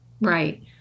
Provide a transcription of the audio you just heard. Right